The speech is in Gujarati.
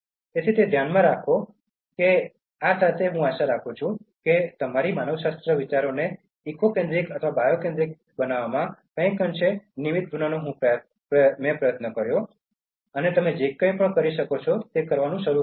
તેથી તે ધ્યાનમાં રાખો તેથી આ સાથે હું આશા રાખું છું કે હું તમારી માનવશાસ્ત્રના વિચારને બાયોસેન્ટ્રિક અથવા ઇકો સેન્ટ્રિકમાં બદલવામાં કંઈક અંશે નિમિત્ત બનવાનો પ્રયત્ન કરીશ અને તમે જે કંઇ પણ કરી શકું તે કરવાનું શરૂ કરીશ